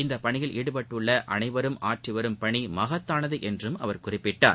இப்பணியில் ஈடுபட்டுள்ள அனைவரும் ஆற்றி வரும் பணி மகத்தானது என்றும் அவர் குறிப்பிட்டார்